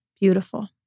Beautiful